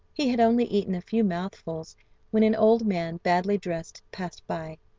he had only eaten a few mouthfuls when an old man badly dressed passed by,